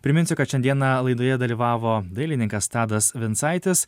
priminsiu kad šiandieną laidoje dalyvavo dailininkas tadas vincaitis